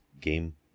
game